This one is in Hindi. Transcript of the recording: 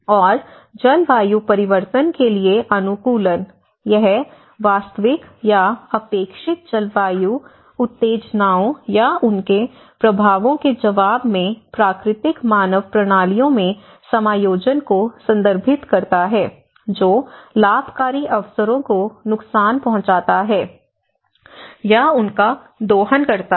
और जलवायु परिवर्तन के लिए अनुकूलन यह वास्तविक या अपेक्षित जलवायु उत्तेजनाओं या उनके प्रभावों के जवाब में प्राकृतिक मानव प्रणालियों में समायोजन को संदर्भित करता है जो लाभकारी अवसरों को नुकसान पहुंचाता है या उनका दोहन करता है